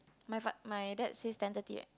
my fa~ my dad says ten thirty right